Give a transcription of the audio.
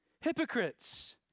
Hypocrites